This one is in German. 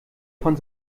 von